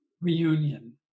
reunion